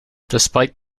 despite